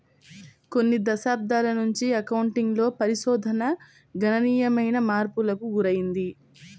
కొన్ని దశాబ్దాల నుంచి అకౌంటింగ్ లో పరిశోధన గణనీయమైన మార్పులకు గురైంది